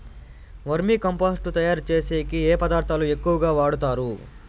వర్మి compost తయారుచేసేకి ఏ పదార్థాలు ఎక్కువగా వాడుతారు